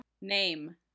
Name